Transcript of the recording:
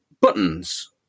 buttons